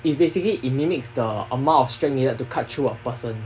is basically it mimics the amount of strength needed to cut through a person